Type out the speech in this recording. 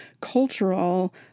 cultural